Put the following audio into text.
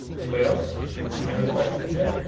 anybody else any other questions yeah